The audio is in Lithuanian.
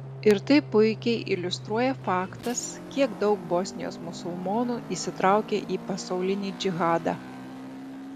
ir tai puikiai iliustruoja faktas kiek daug bosnijos musulmonų įsitraukė į pasaulinį džihadą